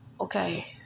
Okay